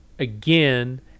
again